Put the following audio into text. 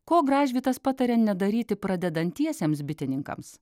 ko gražvydas pataria nedaryti pradedantiesiems bitininkams